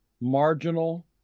marginal